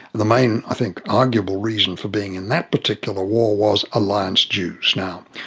the main, i think, arguable reason for being in that particular war was alliance dues. now,